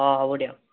অঁ হ'ব দিয়ক